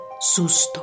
susto